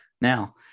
Now